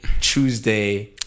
Tuesday